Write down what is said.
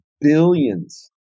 billions